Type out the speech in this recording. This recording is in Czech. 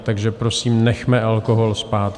Takže prosím, nechme alkohol spát.